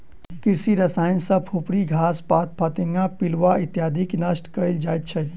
कृषि रसायन सॅ फुफरी, घास पात, फतिंगा, पिलुआ इत्यादिके नष्ट कयल जाइत छै